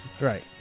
Right